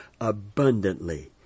abundantly